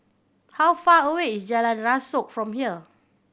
how far away is Jalan Rasok from here